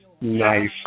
Nice